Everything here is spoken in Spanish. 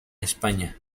españa